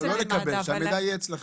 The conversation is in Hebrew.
לא, לא לקבל, שהמידע יהיה אצלכם.